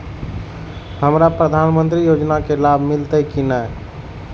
हमरा प्रधानमंत्री योजना के लाभ मिलते की ने?